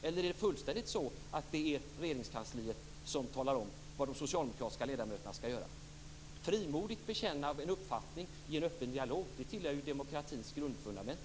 Eller är det helt och fullt Regeringskansliet som talar om vad de socialdemokratiska ledamöterna skall göra? Ett frimodigt bekännande av en uppfattning i en öppen dialog tillhör ju demokratins grundfundament.